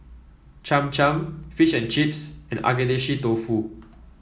Cham Cham Fish and Chips and Agedashi Dofu